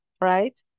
right